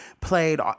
played